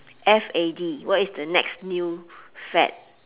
F A D what is the next new fad